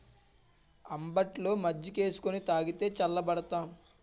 అంబట్లో మజ్జికేసుకొని తాగితే సల్లబడతాం